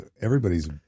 everybody's